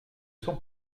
sont